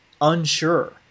unsure